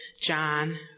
John